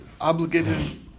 obligated